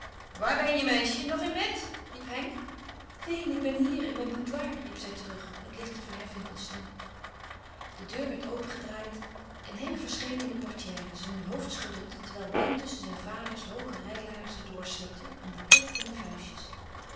waar ben je meisje nog in je bed riep henk neen ik ben hier in mijn boudoir riep zij terug met lichte verheffing van stem de deur werd opengedraaid en henk verscheen in de portière zijn hoofd schuddend terwijl ben tusschen zijn vaders hooge rijlaarzen doorslipte een bouquet in de vuistjes